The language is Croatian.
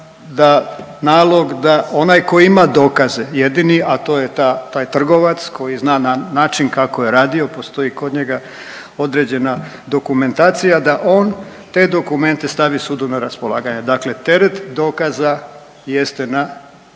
da onaj koji ima dokaze jedini, a to je ta, taj trgovac koji zna na…, način kako je radio, postoji kod njega određena dokumentacija, da on te dokumente stavi sudu na raspolaganje, dakle teret dokaza jeste na